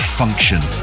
function